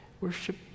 Worship